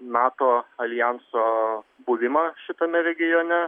nato aljanso buvimą šitame regione